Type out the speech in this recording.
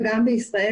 וגם בישראל,